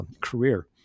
career